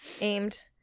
Aimed